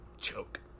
choke